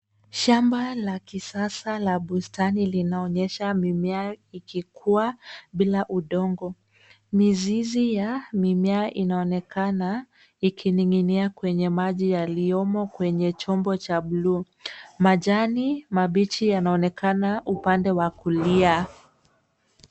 Shamba la kisasa la bustani linaonyesha mimea ikiwa haina udongo. Mizizi ya mimea hiyo inaonekana ikikua ndani ya maji yaliyomo kwenye chombo cha buluu. Majani mabichi yanaonekana upande wa kulia